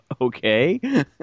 Okay